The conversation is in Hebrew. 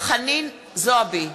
חנין זועבי,